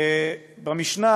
במשנה,